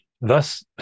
thus